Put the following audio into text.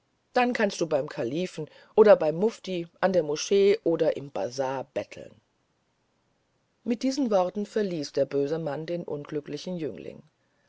dann kannst du beim kalifen oder beim mufti an der moschee oder im bazar betteln mit diesen worten verließ der böse mann den unglücklichen jüngling